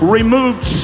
removed